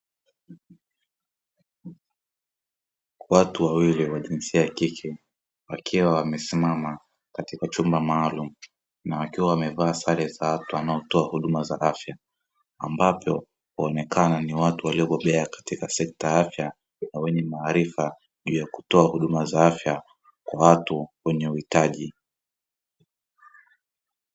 Watu wawili wa jinsia ya kike wakiwa wamesimama katika chumba maalumu na wakiwa wamevaa sare za watu wanaotoa huduma za afya, ambapo huonekana ni watu waliobobea katika sekta ya afya na wenye maarifa juu ya kutoa huduma za afya kwa watu wenye uhitaji.